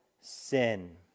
sin